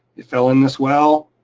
it fell in this well.